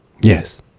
Yes